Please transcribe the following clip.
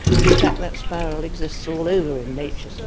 but in fact that spiral exists all over in nature. so